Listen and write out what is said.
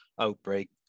outbreak